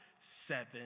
seven